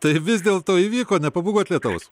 tai vis dėlto įvyko nepabūgot lietaus